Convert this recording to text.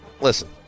Listen